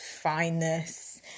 fineness